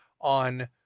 on